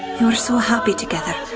they were so happy together,